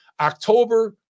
October